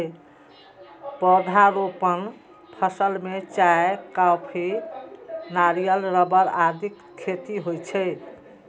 पौधारोपण फसल मे चाय, कॉफी, नारियल, रबड़ आदिक खेती होइ छै